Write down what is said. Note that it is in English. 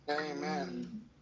Amen